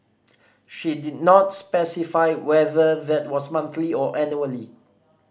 she did not specify whether that was monthly or annually